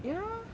ya